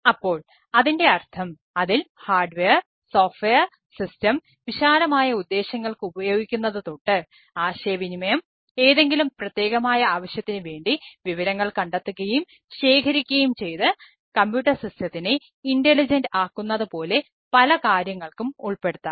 അപ്പോൾ അതിൻറെ അർത്ഥം അതിൽ ഹാർഡ്വെയർ ഇൻറ്റലിജൻഡ് ആക്കുന്നതുപോലെ പല കാര്യങ്ങൾക്കും ഉൾപ്പെടുത്താം